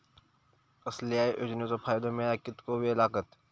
कसल्याय योजनेचो फायदो मेळाक कितको वेळ लागत?